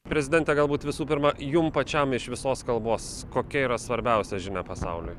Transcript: prezidente galbūt visų pirma jum pačiam iš visos kalbos kokia yra svarbiausia žinia pasauliui